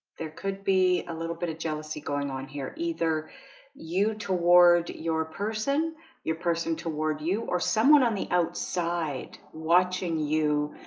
there could be a little bit of jealousy going on here either you toward your person your person toward you or someone on the outside watching you,